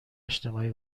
اجتماعی